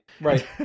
right